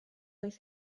oedd